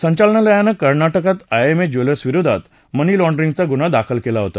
संचालनालयानं कर्नाटकात आएमए ज्वेलसविरोधात मनी लॉण्डरिंगचा गुन्हा दाखल केला होता